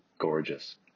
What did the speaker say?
gorgeous